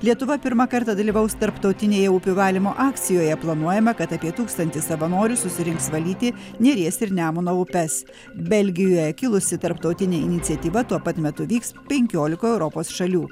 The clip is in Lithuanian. lietuva pirmą kartą dalyvaus tarptautinėj upių valymo akcijoje planuojama kad apie tūkstantis savanorių susirinks valyti neries ir nemuno upes belgijoje kilusi tarptautinė iniciatyva tuo pat metu vyks penkiolikoj europos šalių